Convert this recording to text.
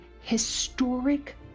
historic